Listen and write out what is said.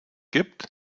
gibt